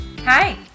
hi